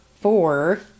four